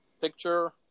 picture